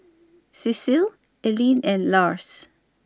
Cecile Alene and Lars